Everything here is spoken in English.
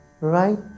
right